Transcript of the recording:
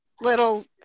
little